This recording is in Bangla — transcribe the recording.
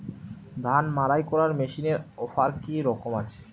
ধান মাড়াই করার মেশিনের অফার কী রকম আছে?